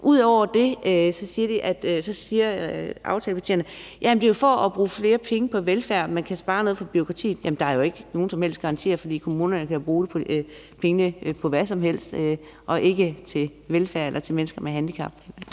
Ud over det siger aftalepartierne, at det var for at bruge flere penge på velfærd, og at man kan spare noget på bureaukratiet. Men der er jo ikke nogen som helst garantier, for kommunerne kan bruge pengene på hvad som helst og ikke på velfærd eller mennesker med handicap.